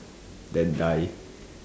then die